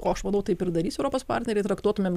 o aš manau taip ir darys europos partneriai traktuotumėm